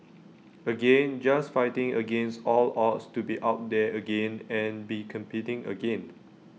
again just fighting against all odds to be out there again and be competing again